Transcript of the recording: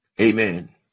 Amen